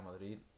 Madrid